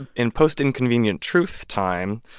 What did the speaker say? in post inconvenient truth time,